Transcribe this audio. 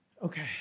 Okay